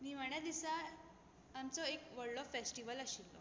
निमाण्या दिसा आमचो एक व्हडलो फॅस्टिवल आशिल्लो